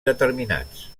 determinats